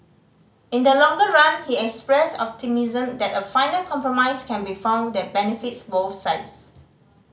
in the longer run he expressed optimism that a final compromise can be found that benefits both sides